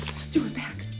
just do it back.